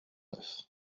neuf